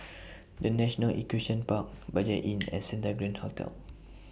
The National Equestrian Park Budget Inn and Santa Grand Hotel